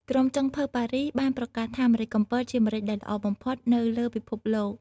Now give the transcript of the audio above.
ក្រុមចុងភៅប៉ារីស បានប្រកាសថា ម្រេចកំពត ជាម្រេចដែលល្អបំផុតនៅលើពិភពលោក។